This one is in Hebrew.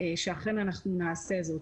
שאכן נעשה זאת.